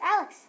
Alex